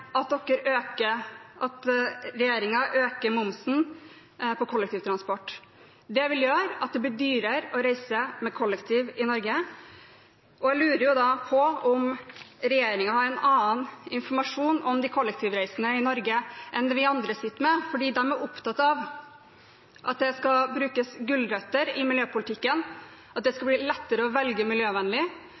at regjeringen øker momsen på kollektivtransport. Det vil gjøre at det blir dyrere å reise med kollektivtransport i Norge. Jeg lurer da på om regjeringen har annen informasjon om de kollektivreisende i Norge enn det vi andre sitter med. For de er opptatt av at det skal brukes gulrøtter i miljøpolitikken, at det skal bli lettere å velge miljøvennlig.